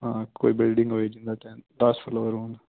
ਹਾਂ ਕੋਈ ਬਿਲਡਿੰਗ ਹੋਈ ਜਿੱਦਾਂ ਟੈਂਥ ਦਸ ਫਲੋਰ ਹੋਣ